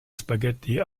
spaghetti